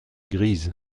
grise